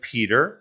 Peter